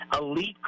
elite